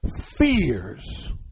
Fears